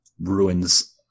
ruins